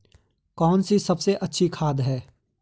कौन सी सबसे अच्छी खाद है?